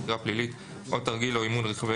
חקירה פלילית או תרגיל או אימון רחבי